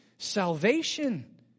salvation